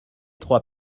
trois